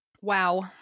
wow